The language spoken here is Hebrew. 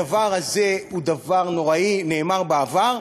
הדבר הזה הוא דבר נוראי, זה נאמר בעבר.